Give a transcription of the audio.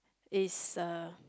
is uh